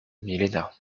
milena